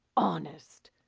honest.